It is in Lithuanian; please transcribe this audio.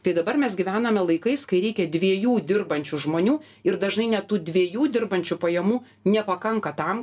tai dabar mes gyvename laikais kai reikia dviejų dirbančių žmonių ir dažnai net tų dviejų dirbančių pajamų nepakanka tam